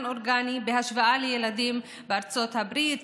אורגני בהשוואה לילדים בארצות הברית,